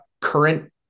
current